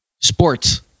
Sports